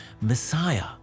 messiah